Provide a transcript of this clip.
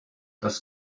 das